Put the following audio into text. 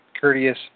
courteous